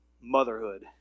motherhood